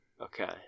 Okay